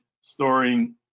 storing